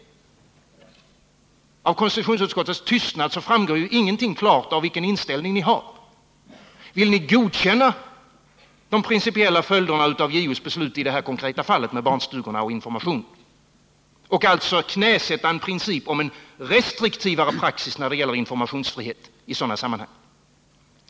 Av konstitutionsutskottets tystnad framgår ingenting klart om vilken inställning utskottet har. Vill ni godkänna de principiella följderna av JO:s beslut i det här konkreta fallet med barnstugorna och informationen och alltså knäsätta en princip om en restriktivare praxis när det gäller informationsfriheten i sådana sammanhang?